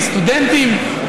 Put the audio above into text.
לסטודנטים.